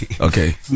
okay